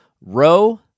row